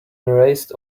erased